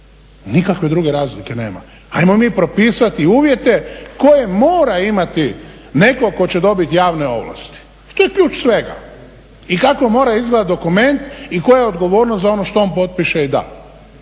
Nikakve druge razlike nema, ajmo mi propisati uvjete koje mora imati neko ko će dobiti javne ovlasti i to je ključ svega. I kako mora izgledati dokument i koja je odgovornost za ono što on potpiše i da.